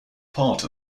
part